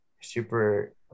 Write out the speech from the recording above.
super